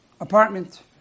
apartment